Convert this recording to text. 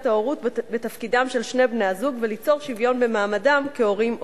ההורות בתפקידם של שני בני-הזוג וליצור שוויון במעמדם כהורים עובדים.